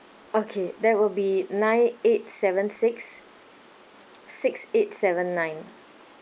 okay that will be nine eight seven six six eight seven nine